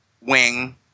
wing